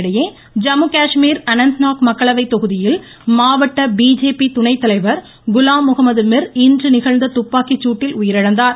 இதனிடையே ஜம்முகாஷ்மீர் அனந்த்நாக் மக்களவை தொகுதியில் மாவட்ட பிஜேபி துணைத்தலைவர் குலாம் முஹமது மிர் இன்று நிகழ்ந்த துப்பாக்கிச் சூட்டில் உயிரிழந்தார்